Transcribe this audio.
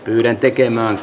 pyydän tekemään